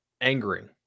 angering